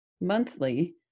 monthly